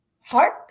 heart